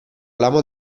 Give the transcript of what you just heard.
lama